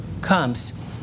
comes